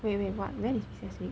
wait wait what when is recess week